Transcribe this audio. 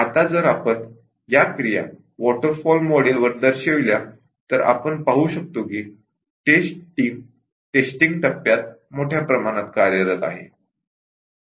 आता जर आपण या क्रिया वॉटरफॉल मॉडेल वर दर्शविल्या तर आपण पाहू शकतो की टेस्ट टीम टेस्टिंग टप्प्यात मोठ्या प्रमाणावर कार्यरत आहे